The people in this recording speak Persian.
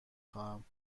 خواهم